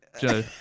Joe